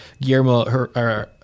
Guillermo